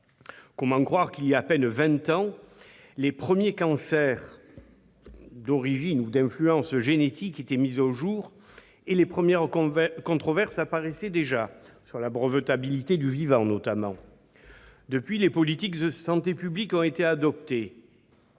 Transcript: Comment croire que, il y a à peine vingt ans, les premiers cancers d'influence génétique étaient mis au jour, les premières controverses apparaissant également- sur la brevetabilité du vivant, notamment ? Depuis lors, les politiques de santé publique ont été adaptées